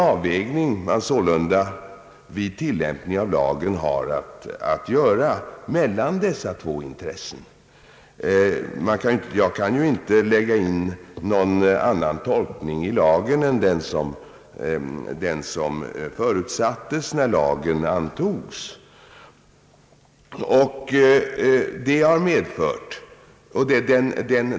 Jag kan inte lägga in någon annan tolkning i lagen än den som förutsattes när lagen antogs. Vid tillämpning av lagen har man således att göra en avvägning mellan dessa två intressen.